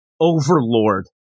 overlord